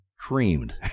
creamed